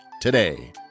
today